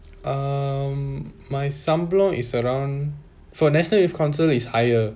um my சம்பலம்:sambalam is around for national youth council is higher